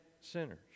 sinners